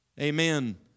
Amen